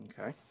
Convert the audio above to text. Okay